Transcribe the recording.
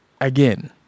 Again